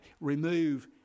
remove